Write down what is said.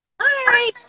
Hi